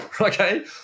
Okay